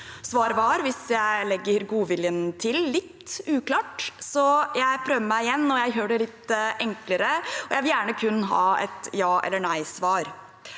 Svaret var, hvis jeg legger godviljen til, litt uklart, så jeg prøver meg igjen, og jeg gjør det litt enklere. Jeg vil gjerne kun ha et ja- eller nei-svar.